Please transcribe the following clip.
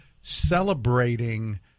celebrating